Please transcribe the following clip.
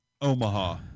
Omaha